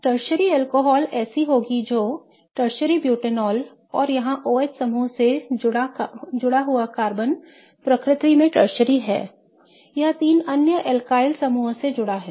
tertiary alcohol ऐसी होगी जो टर्शरी बुटानॉल और यहां OH समूह से जुड़ा कार्बन प्रकृति में टर्शरी है यह तीन अन्य अल्काइल समूहों से जुड़ा है